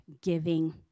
giving